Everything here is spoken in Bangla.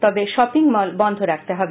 তবে শপিং মল বন্ধ রাখতে হবে